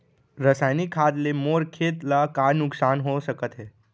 रसायनिक खाद ले मोर खेत ला का नुकसान हो सकत हे?